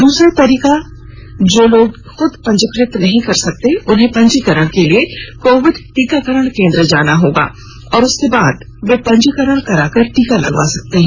दूसरा तरीके में जो लोग खुद पंजीकृत नहीं कर सकते उन्हें पंजीकरण के लिए कोविड टीकाकरण केंद्र जाना होगा और उसके बाद वे पंजीकरण कराकर टीका लगवा सकते हैं